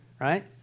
Right